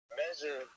measure